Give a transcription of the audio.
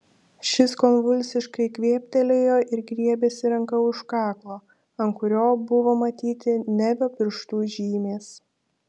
šis konvulsiškai kvėptelėjo ir griebėsi ranka už kaklo ant kurio buvo matyti nevio pirštų žymės